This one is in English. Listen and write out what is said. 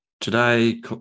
today